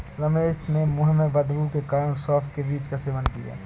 रमेश ने मुंह में बदबू के कारण सौफ के बीज का सेवन किया